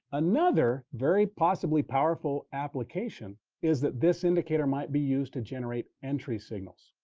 another very possibly powerful application is that this indicator might be used to generate entry signals.